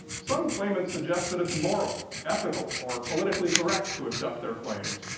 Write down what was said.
some claimants suggest that it's moral, ethical, or politically correct to accept their claims,